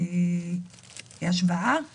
סעיף 101,